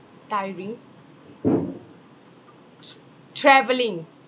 tiring t~ travelling